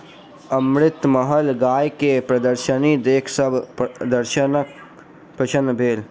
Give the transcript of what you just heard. अमृतमहल गाय के प्रदर्शनी देख सभ दर्शक प्रसन्न भेल